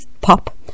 Pop